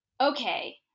okay